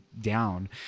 down